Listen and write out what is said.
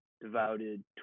devoted